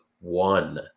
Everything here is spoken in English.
One